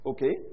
Okay